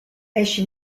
esce